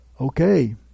Okay